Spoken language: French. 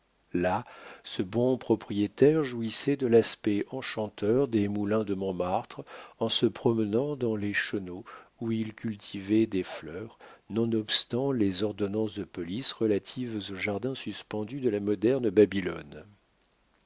là ce bon propriétaire jouissait de l'aspect enchanteur des moulins de montmartre en se promenant dans les chenaux où il cultivait des fleurs nonobstant les ordonnances de police relatives aux jardins suspendus de la moderne babylone